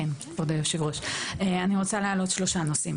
כבוד היושב-ראש, אני רוצה להעלות שלושה נושאים.